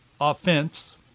offense